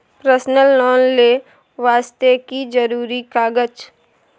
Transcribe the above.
Personal loan ले वास्ते की जरुरी कागज?